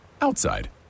outside